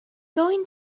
going